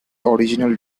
original